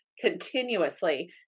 continuously